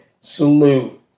salute